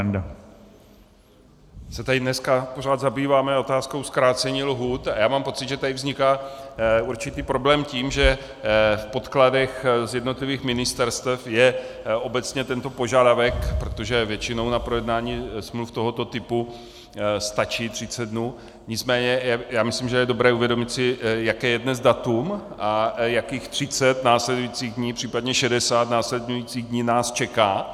My se tady dneska pořád zabýváme otázkou zkrácení lhůt a já mám pocit, že tady vzniká určitý problém tím, že v podkladech z jednotlivých ministerstev je obecně tento požadavek, protože většinou na projednání smluv tohoto typu stačí 30 dnů, nicméně myslím, že je dobré si uvědomit, jaké je dnes datum a jakých 30 následujících dnů, případně 60 následujících dní nás čeká.